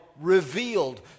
revealed